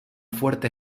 fuerte